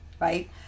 Right